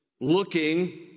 looking